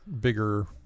bigger